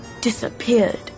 disappeared